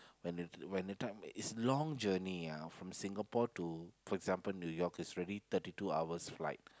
when it's when the time it's long journey ah from Singapore to for example New-York it's really thirty two hours flight